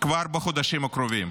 כבר בחודשים הקרובים.